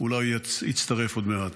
אולי הוא יצטרף עוד מעט.